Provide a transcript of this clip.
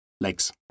legs